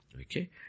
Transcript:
Okay